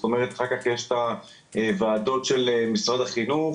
זאת אומרת שאחר כך יש את הועדות של משרד החינוך,